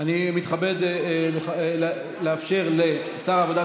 אני מתכבד לאפשר לשר העבודה,